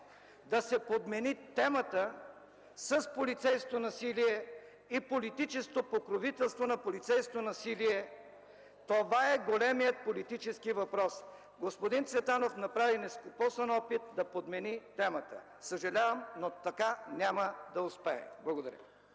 да се подмени темата с полицейско насилие и политическо покровителство на полицейско насилие – това е големият политически въпрос. Господин Цветанов направи нескопосан опит да подмени темата. Съжалявам, но така няма да успее. Благодаря.